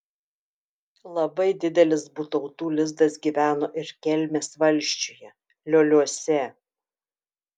labai didelis butautų lizdas gyveno ir kelmės valsčiuje lioliuose